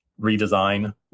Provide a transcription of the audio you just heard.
redesign